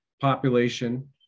population